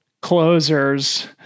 closer's